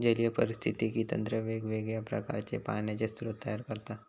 जलीय पारिस्थितिकी तंत्र वेगवेगळ्या प्रकारचे पाण्याचे स्रोत तयार करता